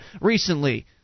recently